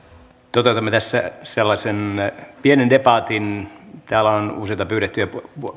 toteutamme tässä sellaisen pienen debatin täällä on useita pyydettyjä